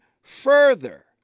further